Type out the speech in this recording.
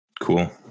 Cool